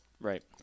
Right